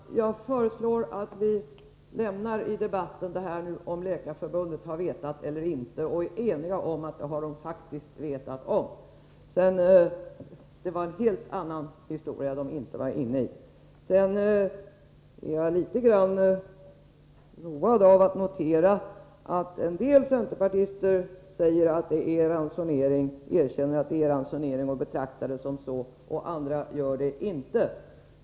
Herr talman! Jag föreslår att vi lämnar frågan om Läkarförbundet känt till situationen eller inte och enas om att förbundet faktiskt vetat om den. Det var en helt annan historia som förbundet inte var insatt i. Sedan är jag litet road av att notera att en del centerpartister erkänner att det är ransonering och betraktar det som så, medan andra inte gör detta.